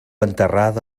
enterrada